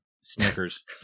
Snickers